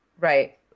Right